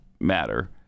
Matter